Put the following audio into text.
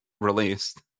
released